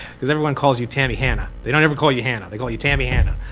because everyone calls you tammy hanna. they don't ever call you hanna. they call you tammy hanna.